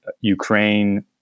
Ukraine